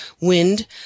wind